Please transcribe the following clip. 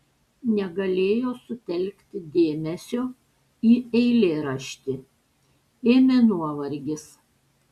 negalėjo sutelkti dėmesio į eilėraštį ėmė nuovargis